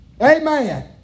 Amen